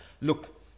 Look